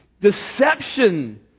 deception